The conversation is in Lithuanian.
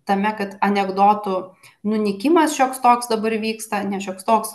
tame kad anekdotų nunykimas šioks toks dabar vyksta ne šioks toks